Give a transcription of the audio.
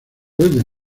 desde